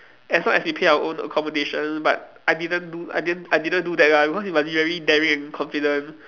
as long as we pay our own accommodation but I didn't do I didn't I didn't do that ah because you must be very daring and confident